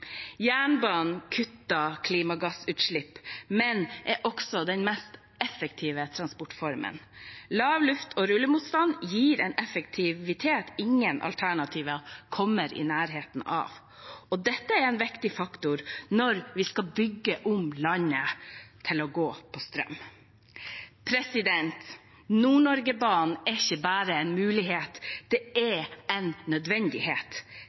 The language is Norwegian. Jernbanen kutter klimagassutslipp, men er også den mest effektive transportformen. Lav luft- og rullemotstand gir en effektivitet ingen alternativer kommer i nærheten av. Dette er en viktig faktor når vi skal bygge om landet til å gå på strøm. Nord-Norge-banen er ikke bare en mulighet, den er en nødvendighet,